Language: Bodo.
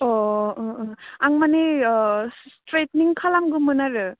अ ओ ओ आं माने ओ स्ट्रेइटनिं खालामगोमोन आरो